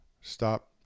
Stop